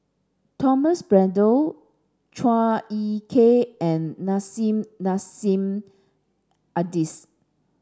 Thomas Braddell Chua Ek Kay and Nissim Nassim Adis